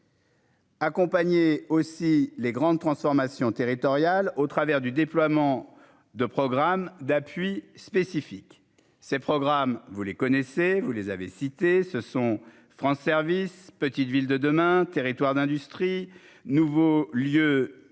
Accompagné aussi les grandes transformations territoriales au travers du déploiement de programmes d'appui spécifique, ces programmes, vous les connaissez, vous les avez cités se sont France services Petites Villes de demain territoires d'industrie nouveaux lieux